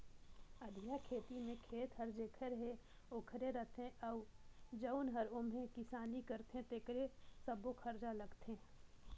अधिया खेती में खेत हर जेखर हे ओखरे रथे अउ जउन हर ओम्हे किसानी करथे तेकरे सब्बो खरचा लगथे